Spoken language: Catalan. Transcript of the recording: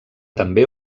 també